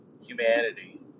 humanity